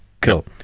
Cool